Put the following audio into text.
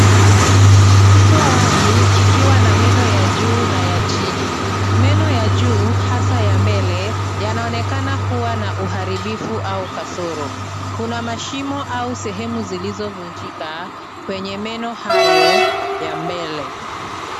Kinywa wazi kikiwa na meno ya juu na ya chini. Meno ya juu, hasa ya mbele, yanaonekana kua na uharibifu au kasoro. Kuna mashimo au sehemu zilizovunjika, kwenye meno hayo ya mbele.